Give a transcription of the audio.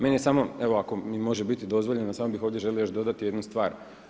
Meni je samo, evo ako mi može biti dozvoljeno samo bih ovdje želio još dodati jednu stvar.